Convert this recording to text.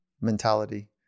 mentality